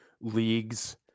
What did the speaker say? leagues